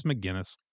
McGinnis